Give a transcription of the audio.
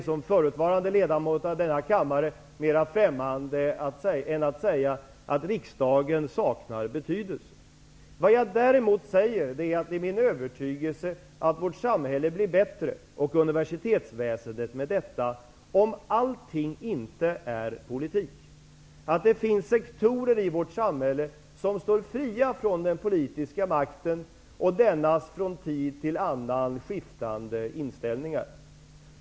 Som förutvarande ledamot av denna kammare vore ingenting mig mera främmande än att säga att riksdagen saknar betydelse. Däremot säger jag att det är min övertygelse att vårt samhälle och universitetsväsende blir bättre om allting inte är liktydigt med politik. Det är bra om det finns sektorer i vårt samhäller som står fria från den politiska makten och dennas från tid till annan skiftande inställningar.